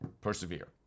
Persevere